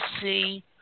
see